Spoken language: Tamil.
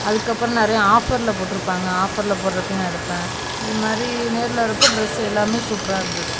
அதுக்கப்புறம் நிறையா ஆஃபர்ல போட்டிருப்பாங்க ஆஃபர்ல போடுறப்பையும் நான் எடுப்பேன் இதுமாதிரி நேர்ல வர்றப்போ ட்ரெஸ்ஸு எல்லாமே சூப்பராக இருந்தது